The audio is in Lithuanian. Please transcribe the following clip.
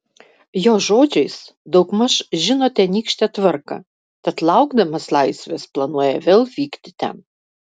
jo žodžiais daugmaž žino tenykštę tvarką tad laukdamas laisvės planuoja vėl vykti ten